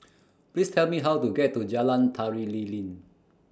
Please Tell Me How to get to Jalan Tari Lilin